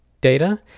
data